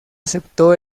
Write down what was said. aceptó